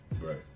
Right